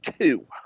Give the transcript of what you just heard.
two